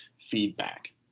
feedback